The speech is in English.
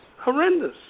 horrendous